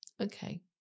Okay